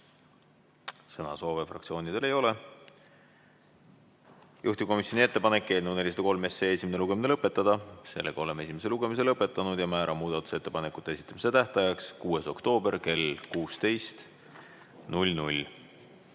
Sõnasoove fraktsioonidel ei ole. Juhtivkomisjoni ettepanek on eelnõu 403 esimene lugemine lõpetada. Oleme esimese lugemise lõpetanud. Määran muudatusettepanekute esitamise tähtajaks 6. oktoobri kell 16.